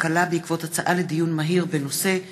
הכלכלה בעקבות דיון מהיר בהצעתה של חברת הכנסת יוליה מלינובסקי בנושא: